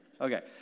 Okay